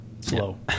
Slow